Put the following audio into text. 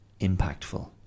impactful